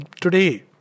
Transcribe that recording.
today